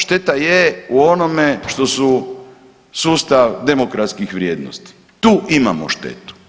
Šteta je u onome što su sustav demokratskih vrijednosti, tu imamo štetu.